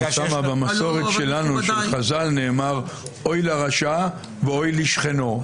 במסורת שלנו של חז"ל נאמר "אוי לרשע ואוי לשכנו".